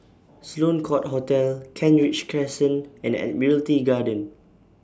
Sloane Court Hotel Kent Ridge Crescent and Admiralty Garden